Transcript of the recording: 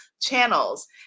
channels